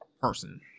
person